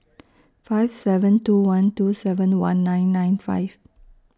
five seven two one two seven one nine nine five